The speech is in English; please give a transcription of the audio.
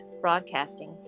broadcasting